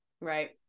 Right